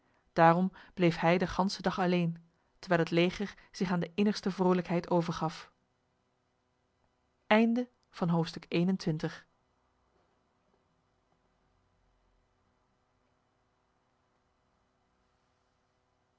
daarom bleef hij de ganse dag alleen terwijl het leger zich aan de innigste vrolijkheid overgaf